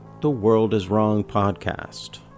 theworldiswrongpodcast